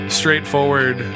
straightforward